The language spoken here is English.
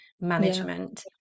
management